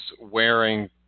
wearing